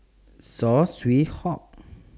Saw Swee Hock